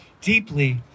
deeply